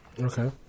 Okay